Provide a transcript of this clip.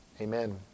Amen